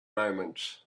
moments